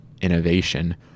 innovation